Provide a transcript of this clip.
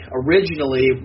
originally